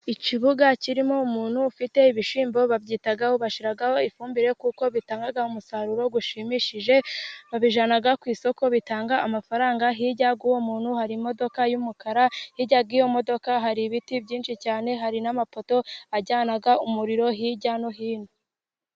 Ikibuga kirimo umuntu ufite ibishyimbo, babyitaho, bashyiraho ifumbire kuko bitanga umusaruro ushimishije, babijana ku isoko, bitanga amafaranga, hirya y'uwo muntu hari imodoka y'umukara, hirya y'iyo modoka hari ibiti byinshi cyane, hari n'amapoto ajyana umuriro hirya no hino.